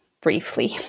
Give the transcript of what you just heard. briefly